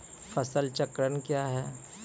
फसल चक्रण कया हैं?